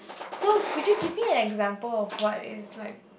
so could you give me an example of what is like